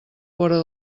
vora